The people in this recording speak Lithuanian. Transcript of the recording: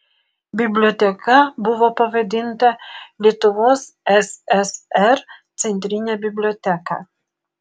biblioteka buvo pavadinta lietuvos ssr centrine biblioteka